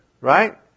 right